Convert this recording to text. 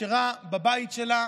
נשארה בבית שלה,